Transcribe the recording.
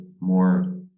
more